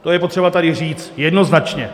To je potřeba tady říct jednoznačně.